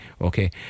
Okay